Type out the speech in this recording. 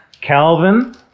Calvin